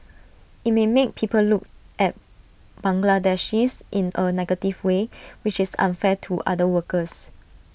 IT may make people look at Bangladeshis in A negative way which is unfair to other workers